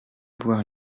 avoir